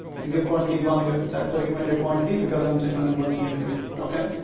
let me give quantity one here. that's the recommended quantity because i'm just running one vm here. okay.